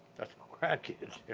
that's our grand-kids,